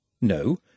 No